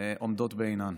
עומדות בעינן.